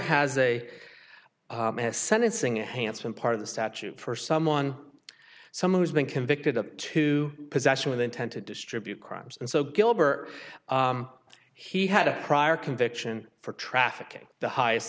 has a sentencing a handsome part of the statute for someone someone who's been convicted up to possession with intent to distribute crimes and so gilbert he had a prior conviction for trafficking the highest